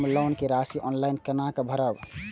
हम लोन के राशि ऑनलाइन केना भरब?